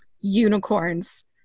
Unicorns